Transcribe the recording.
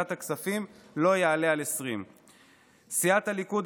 ועדת הכספים לא יעלה על 20. סיעת הליכוד,